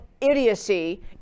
idiocy